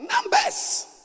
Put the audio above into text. numbers